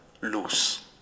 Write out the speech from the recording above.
loose